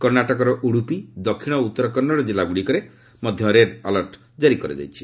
କର୍ଷାଟକର ଉଡ଼ୁପି ଦକ୍ଷିଣ ଓ ଉତ୍ତର କନ୍ନଡ଼ ଜିଲ୍ଲାଗୁଡ଼ିକରେ ମଧ୍ୟ ରେଡ୍ ଆଲର୍ଟ ଜାରି କରାଯାଇଛି